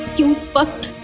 you wish, but